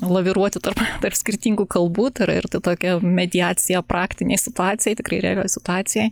laviruoti tarp tarp skirtingų kalbų tai yra ir tokia mediacija praktinėj situacijoj tikrai realioj situacijoj